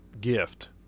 gift